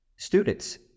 Students